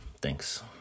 Thanks